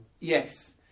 Yes